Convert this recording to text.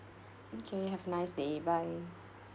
okay have a nice day bye